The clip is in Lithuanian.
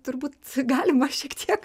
turbūt galima šiek tiek